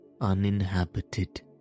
uninhabited